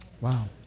Wow